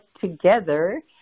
together